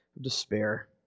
despair